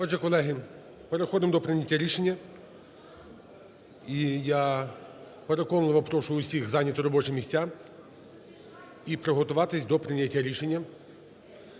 Отже, колеги, переходимо до прийняття рішення. І я переконливо прошу усіх зайняти робочі місця і приготуватись до прийняття рішення.